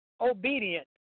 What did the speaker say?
obedient